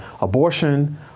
abortion